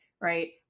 right